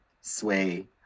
sway